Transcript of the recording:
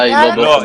אולי לא ב --- לא,